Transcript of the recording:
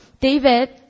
David